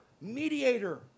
mediator